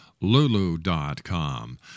Lulu.com